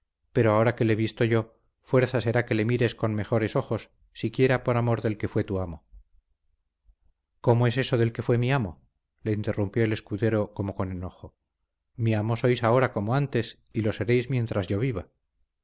pero ahora que le visto yo fuerza será que le mires con mejores ojos siquiera por amor del que fue tu amo cómo es eso del que fue mi amo le interrumpió el escudero como con enojo mi amo sois ahora como antes y lo seréis mientras yo viva